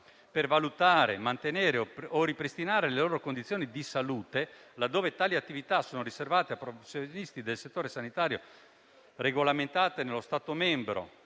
per valutare, mantenere o ripristinare le loro condizioni di salute, laddove tali attività siano riservate a professioni del settore sanitario regolamentate nello Stato membro